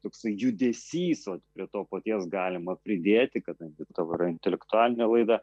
toksai judesys prie to paties galima pridėti kadangi tavo yra intelektualinė laida